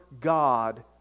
God